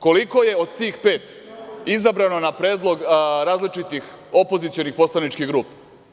Koliko je od tih pet izabrano na predlog različitih opozicionih poslaničkih grupa?